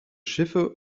schiffe